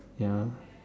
ya